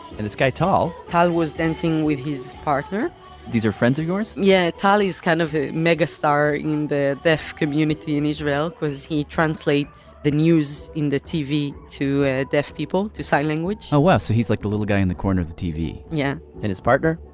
and this guy tal tal was dancing with his partner these are friends of yours? yeah, tal is kind of a mega star in the deaf community in israel, because he translates the news in the tv to ah deaf people, to sign language oh, wow, so he's like the little guy in the corner of the tv yeah and his partner?